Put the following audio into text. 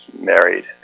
married